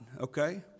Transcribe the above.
okay